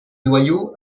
noyau